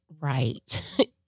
right